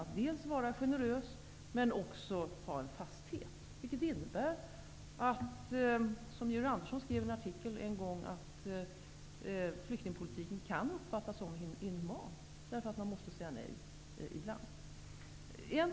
Dels skall man ju vara generös, dels skall det finnas en fasthet. Det innebär, som Georg Andersson har skrivit i en artikel, att flyktingpolitiken kan uppfattas som inhuman därför att man ibland måste säga nej.